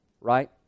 right